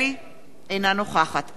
אינה נוכחת אלכס מילר,